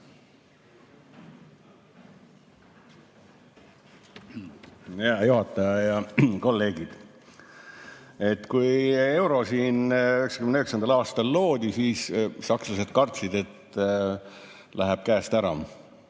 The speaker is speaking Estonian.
Hea juhataja ja kolleegid! Kui euro siin 1999. aastal loodi, siis sakslased kartsid, et läheb käest ära,